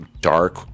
dark